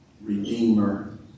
Redeemer